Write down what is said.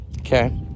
Okay